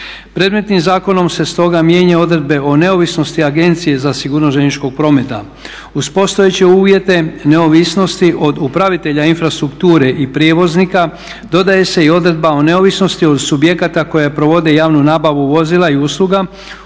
Predmetnim zakonom se stoga mijenjaju odredbe o neovisnosti Agencije za sigurnost željezničkog prometa. Uz postojeće uvjete neovisnosti od upravitelja infrastrukture i prijevoznika dodaje se i odredba o neovisnosti od subjekata koji provode javnu nabavu vozila i usluga